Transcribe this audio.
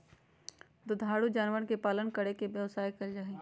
दुधारू जानवर के पालन करके व्यवसाय कइल जाहई